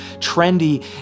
trendy